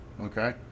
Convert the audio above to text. okay